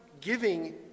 giving